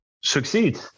succeed